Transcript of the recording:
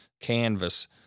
canvas